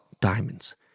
diamonds